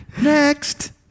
Next